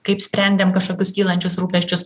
kaip sprendėm kažkokius kylančius rūpesčius